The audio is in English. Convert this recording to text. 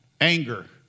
anger